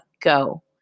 go